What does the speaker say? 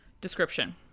description